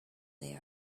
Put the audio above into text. they